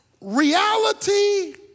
reality